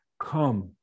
Come